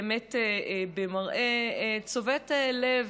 באמת במראה צובט לב,